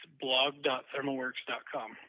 blog.thermalworks.com